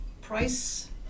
price